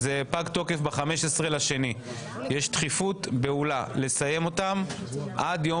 אני מתכבד לפתוח את ישיבת ועדת הכנסת.